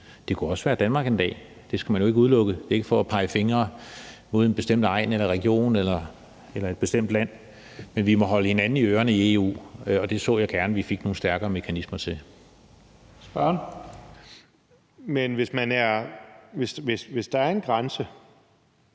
Det kunne også være Danmark en dag, det skal man jo ikke udelukke, og det er ikke for at pege fingre mod en bestemt egn eller region eller et bestemt land. Men vi må holde hinanden i ørerne i EU, og det så jeg gerne at vi fik nogle stærkere mekanismer til. Kl. 17:30 Første næstformand